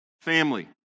family